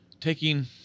taking